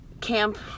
camp